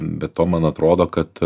be to man atrodo kad